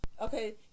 Okay